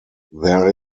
there